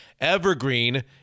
Evergreen